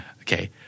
Okay